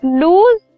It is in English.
lose